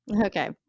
Okay